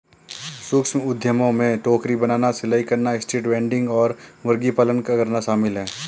सूक्ष्म उद्यमों में टोकरी बनाना, सिलाई करना, स्ट्रीट वेंडिंग और मुर्गी पालन करना शामिल है